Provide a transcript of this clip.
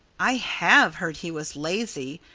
i have heard he was lazy,